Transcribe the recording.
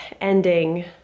ending